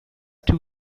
two